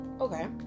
Okay